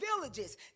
villages